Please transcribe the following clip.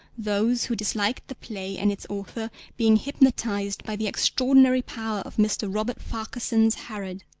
those who disliked the play and its author being hypnotised by the extraordinary power of mr. robert farquharson's herod,